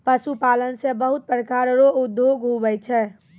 पशुपालन से बहुत प्रकार रो उद्योग हुवै छै